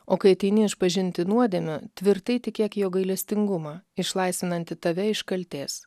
o kai ateini išpažinti nuodėmių tvirtai tikėk jo gailestingumą išlaisvinantį tave iš kaltės